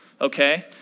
okay